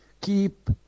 keep